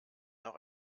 noch